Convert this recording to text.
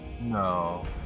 No